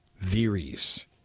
theories